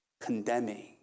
condemning